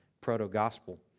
proto-gospel